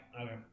Okay